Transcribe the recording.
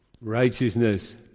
Righteousness